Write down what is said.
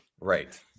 Right